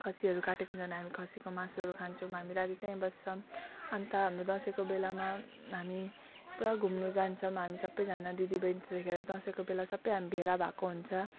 खसीहरू काटेको हुन्छन् हामी खसीको मासुहरू खान्छौँ हामी राति त्यही बस्छौँ अन्त हाम्रो दसैँको बेलामा हामी पुरा घुम्नु जान्छौँ हामी सबैजना दिदी बहिनी त्यतिखेर दसैँको बेला सबै हामी भेला भएको हुन्छ